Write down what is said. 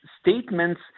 statements